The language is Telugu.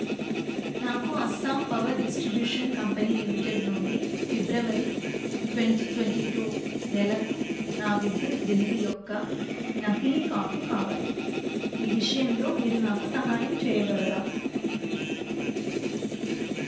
నాకు Assam power distribution company limited నుండి ఫిబ్రవరి ట్వంటీ ట్వంటీ టూ నెలకు నా విద్యుత్ బిల్లు యొక్క నకిలీ కాపీ కావాలి ఈ విషయంలో మీరు నాకు సహాయం చేయగలరా